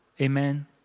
amen